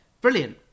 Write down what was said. brilliant